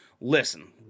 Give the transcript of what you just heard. listen